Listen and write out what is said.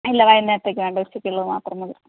ഇല്ല വൈകുന്നേരത്തേക്ക് വേണ്ട ഉച്ചക്കുള്ളത് മാത്രം മതി